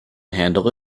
handle